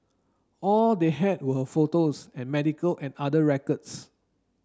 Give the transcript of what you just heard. all they had were her photos and medical and other records